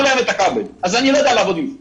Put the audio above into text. להם את הכבל אז אני לא יודע לעבוד עם זה.